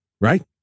Right